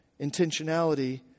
intentionality